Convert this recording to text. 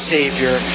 Savior